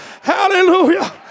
Hallelujah